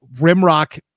rimrock